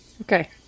Okay